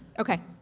okay,